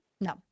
No